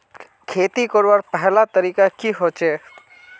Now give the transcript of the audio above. खेती करवार पहला तरीका की होचए?